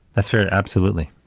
that's fair. absolutely.